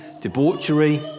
debauchery